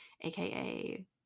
AKA